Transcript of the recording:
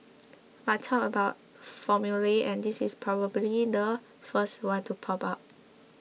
but talk about formulae and this is probably the first one to pop up